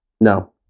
No